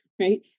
right